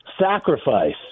sacrifice